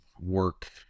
work